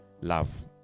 Love